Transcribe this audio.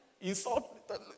Insult